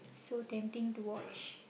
so tempting to watch